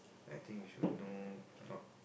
I think you should know not